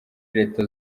leta